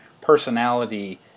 personality